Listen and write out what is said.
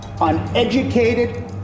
uneducated